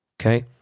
okay